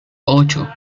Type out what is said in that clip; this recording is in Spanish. ocho